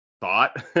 thought